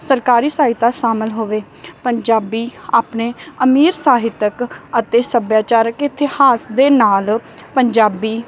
ਸਰਕਾਰੀ ਸਹਾਇਤਾ ਸ਼ਾਮਲ ਹੋਵੇ ਪੰਜਾਬੀ ਆਪਣੇ ਅਮੀਰ ਸਾਹਿਤਕ ਅਤੇ ਸੱਭਿਆਚਾਰਕ ਇਤਿਹਾਸ ਦੇ ਨਾਲ ਪੰਜਾਬੀ